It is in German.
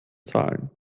zahlen